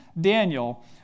Daniel